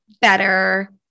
better